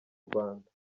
rwanda